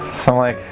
so like